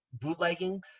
bootlegging